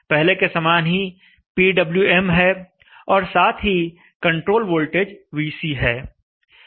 पहले के समान ही पीडब्ल्यूएम है और साथ ही कंट्रोल वोल्टेज VC है